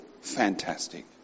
Fantastic